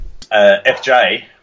fj